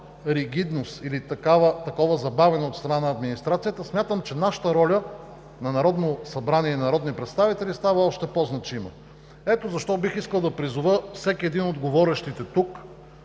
ригидност, такова забавяне от страна на администрацията, смятам, че ролята на Народно събрание и на народни представители става още по значима. Ето защо бих искал да призова всеки един от говорещите след